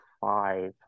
five